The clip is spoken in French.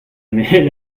mais